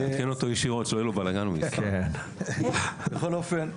בכל אופן,